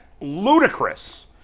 ludicrous